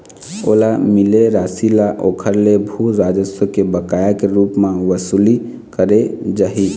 ओला मिले रासि ल ओखर ले भू राजस्व के बकाया के रुप म बसूली करे जाही